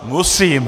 Musím!